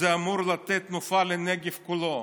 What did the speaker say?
אמור לתת תנופה לנגב כולו.